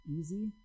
easy